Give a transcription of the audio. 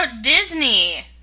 Disney